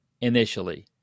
initially